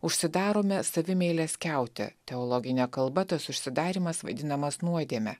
užsidarome savimeilės kiaute teologine kalba tas užsidarymas vadinamas nuodėme